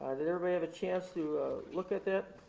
and did everybody have a chance to look at that?